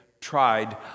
tried